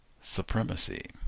supremacy